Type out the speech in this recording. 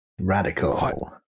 Radical